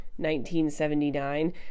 1979